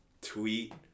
tweet